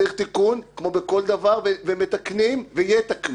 צריך תיקון כמו בכל דבר ומתקנים ויתקנו